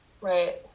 right